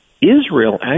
Israel